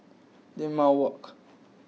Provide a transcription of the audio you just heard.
Limau Walk